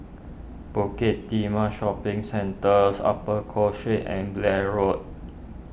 Bukit Timah Shopping Centres Upper Cross Street and Blair Road